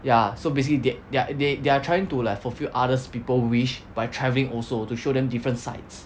ya so basically their their they they are trying to like fulfil others people wish by travelling also to show them different sides